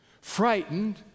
frightened